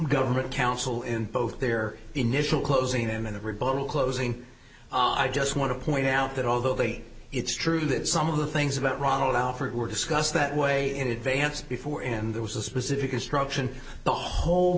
government counsel in both their initial closing them in the rebuttal closing i just want to point out that although they say it's true that some of the things about ronald alford were discussed that way in advance before and there was a specific instruction the whole